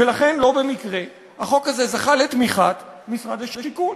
ולכן, לא במקרה החוק הזה זכה לתמיכת משרד השיכון,